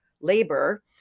labor